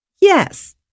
yes